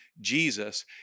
Jesus